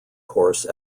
course